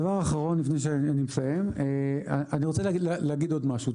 אני רוצה להגיד עוד משהו.